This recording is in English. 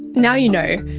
now you know,